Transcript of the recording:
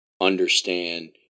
understand